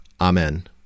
Amen